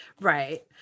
Right